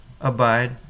abide